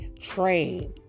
train